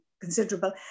considerable